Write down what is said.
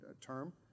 term